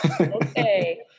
Okay